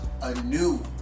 anew